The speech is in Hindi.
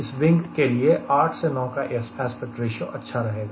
इस विंग के लिए 8 9 का एस्पेक्ट रेशियो अच्छा रहेगा